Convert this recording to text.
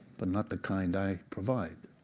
but not the kind i provide.